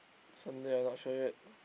Sunday I not sure yet